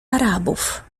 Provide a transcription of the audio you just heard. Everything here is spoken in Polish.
arabów